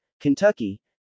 Kentucky